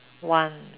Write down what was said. one